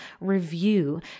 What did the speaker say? review